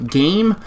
game